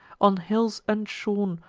on hills unshorn,